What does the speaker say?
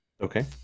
Okay